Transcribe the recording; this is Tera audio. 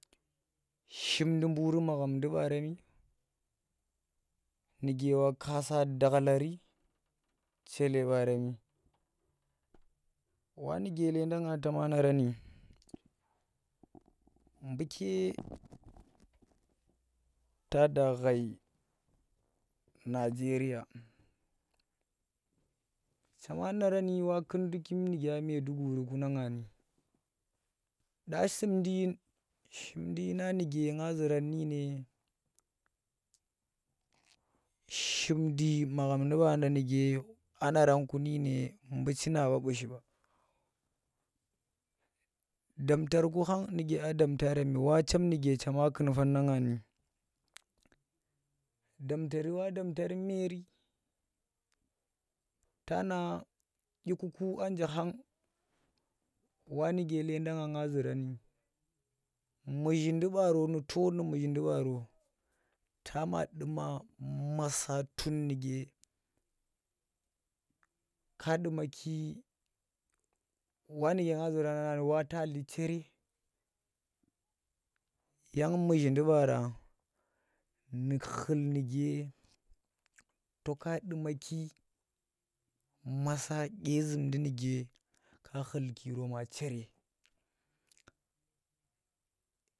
Shimndi buuri Maghandi baaremi nuke wakasa dakhlari chele baaremi wa nuke ledenda ngan chema ngarani buke ta da ghei Nigeria chema narari wo nduk nuke kum Maiduguri na nga ni da shimndi dyi nuke nga zuran nudyine shimndi magham ndi baanda anangku nune ku khan nuke a damta rem wa dem nuke chema kun van na nga ni damtar wa damta meri tana ndyi kuku anje khang wo nuke lenda nga ngga zurani muzhindi baaro nu to nu muzhindi baaro ta ma duma maasa tun nuke ku duma ki wannuke nga zura nang yang muzahindi baara nu khul nuke to ka dumaki maasa dyezumdi nuke ka khult kiro mo chere.